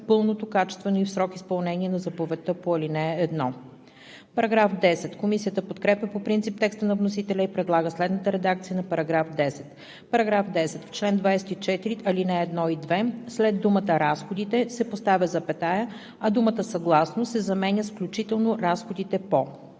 пълното, качествено и в срок изпълнение на заповедта по ал. 1.“ Комисията подкрепя по принцип текста на вносителя и предлага следната редакция на § 10: „§ 10. В чл. 24, ал. 1 и 2 след думата „разходите“ се поставя запетая, а думата „съгласно“ се заменя с „включително разходите по“.“